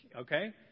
Okay